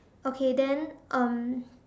okay then um